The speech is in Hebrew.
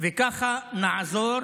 וככה נעזור